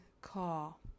call